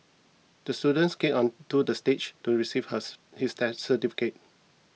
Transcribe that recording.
the student skated onto the stage to receive hers his that certificate